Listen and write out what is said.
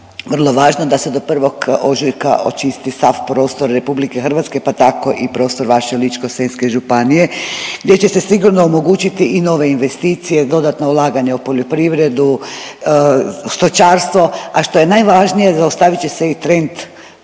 vrlo važno da se do 1. ožujka očisti sav prostor RH, pa tako i prostor vaše Ličko-senjske županije, gdje će se sigurno omogućiti i nove investicije, dodatna ulaganja u poljoprivredu, stočarstvo, a što je najvažnije, zaustavit će se i trend